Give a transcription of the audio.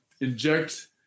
inject